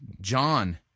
John